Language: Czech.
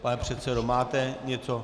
Pane předsedo, máte něco?